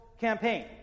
campaign